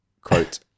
Quote